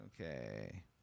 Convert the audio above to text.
Okay